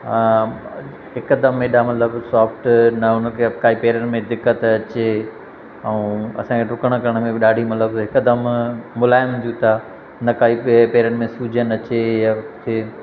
अ हिकदमि एॾा मतिलब सॉफ्ट न उनखे काई पेरनि में दिक़तु अचे ऐं असांजे ड्रुकण करण में बि ॾाढी मतिलबु हिकदमि मुलायम जूता न काई पेर पेरनि में सूजन अचे या